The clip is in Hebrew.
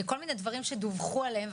כל מיני דברים שדיווחו עליהם.